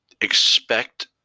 expect